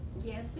Yes